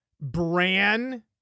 Bran